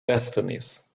destinies